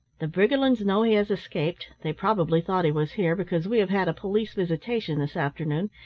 the briggerlands know he has escaped they probably thought he was here, because we have had a police visitation this afternoon,